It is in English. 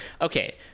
Okay